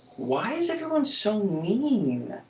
why is everyone so lean?